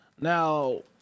now